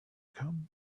come